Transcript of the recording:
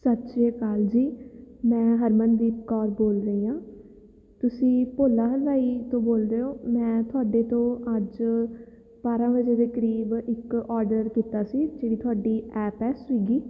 ਸਤਿ ਸ਼੍ਰੀ ਅਕਾਲ ਜੀ ਮੈਂ ਹਰਮਨਦੀਪ ਕੌਰ ਬੋਲ ਰਹੀ ਹਾਂ ਤੁਸੀਂ ਭੋਲਾ ਹਲਵਾਈ ਤੋਂ ਬੋਲ ਰਹੇ ਹੋ ਮੈਂ ਤੁਹਾਡੇ ਤੋਂ ਅੱਜ ਬਾਰ੍ਹਾਂ ਵਜੇ ਦੇ ਕਰੀਬ ਇੱਕ ਔਡਰ ਕੀਤਾ ਸੀ ਜਿਹੜੀ ਤੁਹਾਡੀ ਐਪ ਹੈ ਸਵਿਗੀ